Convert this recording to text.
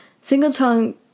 Singleton